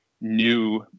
new